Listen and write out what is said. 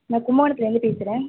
நான் கும்பகோணத்துலேருந்து பேசுகிறேன்